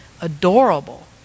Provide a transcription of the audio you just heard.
adorable